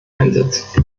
einsatz